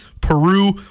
Peru